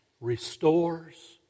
restores